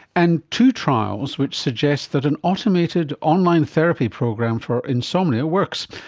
and two trials which suggests that an automated online therapy program for insomnia works,